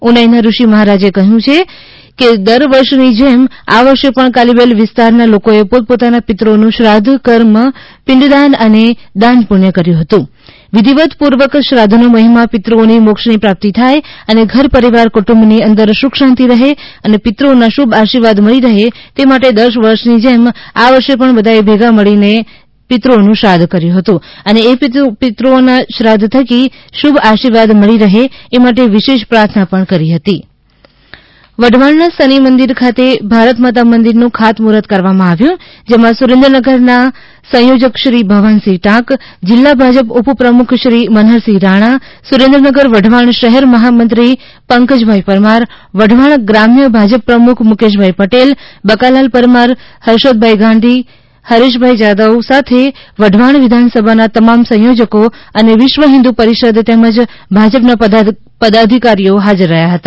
ઉનાઈ ના ઋષિ મહારાજે વધુમાં જણાવ્યું હતું કે દર વર્ષની જેમ આ વર્ષે પણ કાલીબેલ વિસ્તારના લોકોએ પોત પોતાના પિતૃઓનું શ્રાધ કર્મ પિંડ દાન અને દાન પુષ્થ કર્યું હતું વિધીવત પૂર્વક શ્રાધ નો મહિમા પિતૃઓની મોક્ષની પ્રાપ્તિ થાય અને ઘર પરિવાર કુટુંબ ની અંદર સુખ શાંતિ રહે અને પિત્રઓના શુભ આશિર્વાદ મળે તે માટે દર વર્ષેની જેમ આ વર્ષે બધાએ ભેગા મળી પિતૃઓનુ શ્રાદ્ધ કર્યું હતું અને એ પિતૃઓના શ્રાદ્ધ થકી શુભ આશિર્વાદ મળી રહે એ માટે વિશેષ પ્રાર્થના કરી હતી ભારત માતા મંદિર વઢવાણ ના શનિ મંદિર ખાતે ભારતમાતા મંદિર નું ખાત મુઠૂર્ત કરવા માં આવ્યું જેમાં સુરેન્દ્રનગર ના જિલ્લા સંયોજક શ્રી ભવાનસિંહ ટાંક જિલ્લા ભાજપ ઉપપ્રમુખ શ્રી મનહરસિંહ રાણા સુરેન્દ્રનગર વઢવાણ શહેર મહામંત્રી પકંજ ભાઈ પરમાર વઢવાણ ગ્રામ્ય ભાજપ પ્રમુખ મુકેશભાઈ પટેલબકાલાલ પરમાર હર્ષદભાઈ ગાંધી હરેશભાઇ જાદવ સાથે વઢવાણ વિધાનસભા ના તમામ સંયોજકો અને વિશ્વ હિન્દૂ પરિષદ તેમજ ભાજપ ના પદાધિકારીઓ હાજર રહ્યા હતા